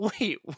Wait